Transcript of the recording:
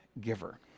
giver